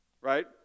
Right